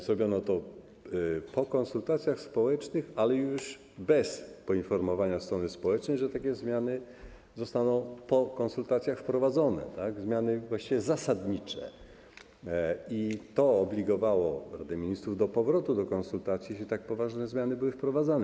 Zrobiono to po konsultacjach społecznych, ale już bez poinformowania strony społecznej, że takie zmiany zostaną po konsultacjach wprowadzone, zmiany właściwie zasadnicze, co obligowało Radę Ministrów do powrotu do konsultacji, jeśli tak poważne zmiany były wprowadzane.